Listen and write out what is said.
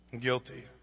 Guilty